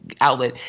outlet